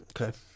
Okay